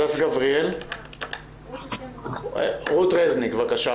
רות רזניק, בבקשה.